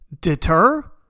deter